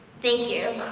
thank you.